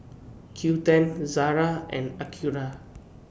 Qoo ten Zara and Acura